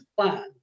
plan